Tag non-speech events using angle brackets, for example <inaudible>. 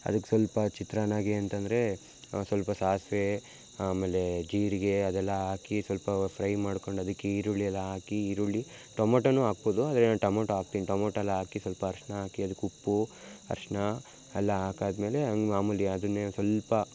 ಅದಕ್ಕೆ ಸ್ವಲ್ಪ ಚಿತ್ರಾನ್ನಕ್ಕೆ ಅಂತಂದರೆ ಸ್ವಲ್ಪ ಸಾಸಿವೆ ಆಮೇಲೆ ಜೀರಿಗೆ ಅದೆಲ್ಲ ಹಾಕಿ ಸ್ವಲ್ಪ ಫ್ರೈ ಮಾಡ್ಕೊಂಡು ಅದಕ್ಕೆ ಈರುಳ್ಳಿ ಎಲ್ಲ ಹಾಕಿ ಈರುಳ್ಳಿ ಟೊಮೊಟೊನೂ ಹಾಕ್ಬೋದು ಆದರೆ ಟಮೊಟೊ ಹಾಕ್ತೀನ್ ಟೊಮೊಟೊ ಎಲ್ಲ ಹಾಕಿ ಸ್ವಲ್ಪ ಅರಿಶ್ಣ ಹಾಕಿ ಅದಕ್ಕೆ ಉಪ್ಪು ಅರಿಶ್ಣ ಎಲ್ಲ ಹಾಕಾದ ಮೇಲೆ <unintelligible> ಮಾಮೂಲಿ ಅದನ್ನೇ ಸ್ವಲ್ಪ